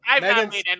Megan